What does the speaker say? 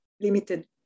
limited